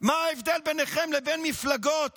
מה ההבדל ביניכם לבין מפלגות